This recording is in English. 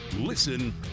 Listen